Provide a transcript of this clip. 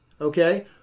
okay